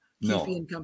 No